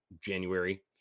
January